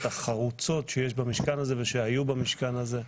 החרוצות שיש במשכן הזה ושהיו במשכן הזה.